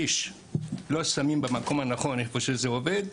את הדיש במקום הנכון איפה שזה עובד.